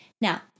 Now